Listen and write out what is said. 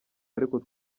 ariko